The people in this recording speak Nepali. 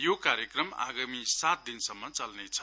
यो कार्यक्रम आगामी सात दिनसम्म चल्नेछ